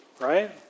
right